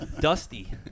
dusty